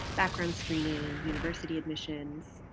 background screening, university admissions.